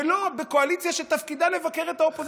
ולא בקואליציה שתפקידה לבקר את האופוזיציה.